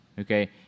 okay